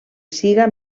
siga